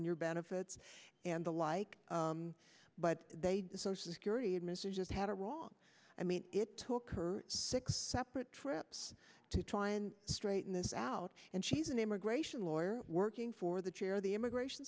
in your benefits and the like but they did the social security and mr just had a wrong i mean it took her six separate trips to try and straighten this out and she's an immigration lawyer working for the chair of the immigration